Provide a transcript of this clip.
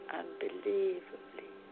unbelievably